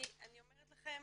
אני אומרת לכם,